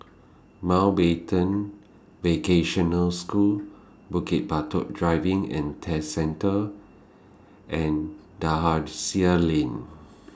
Mountbatten Vocational School Bukit Batok Driving and Test Centre and Dalhousie Lane